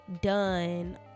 done